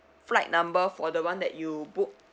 flight number for the [one] that you book